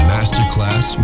Masterclass